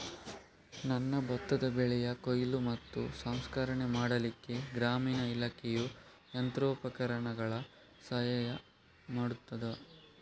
ನನ್ನ ಭತ್ತದ ಬೆಳೆಯ ಕೊಯ್ಲು ಮತ್ತು ಸಂಸ್ಕರಣೆ ಮಾಡಲಿಕ್ಕೆ ಗ್ರಾಮೀಣ ಇಲಾಖೆಯು ಯಂತ್ರೋಪಕರಣಗಳ ಸಹಾಯ ಮಾಡುತ್ತದಾ?